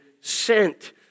sent